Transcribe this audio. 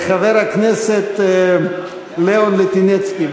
חבר הכנסת לאון ליטינצקי,